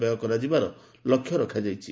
ବ୍ୟୟ କରାଯିବା ଲକ୍ଷ୍ୟ ରଖାଯାଇଛି